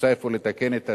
מוצע אפוא לתקן את הטעות,